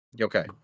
Okay